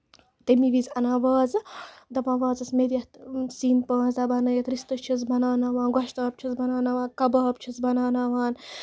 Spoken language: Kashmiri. تَمی وِزِ اَنان وازٕ دَپان وازَس مےٚ دِ یَتھ سِنۍ پانٛژھ دہ بَنٲیِتھ رِستہٕ چھِس بَناوناوان گۄشتابہٕ چھِس بَناوناوان کَبابہٕ چھِس بَناوناوان